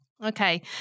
Okay